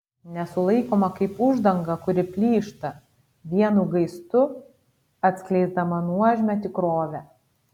nesulaikoma kaip uždanga kuri plyšta vienu gaistu atskleisdama nuožmią tikrovę